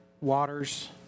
waters